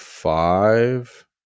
five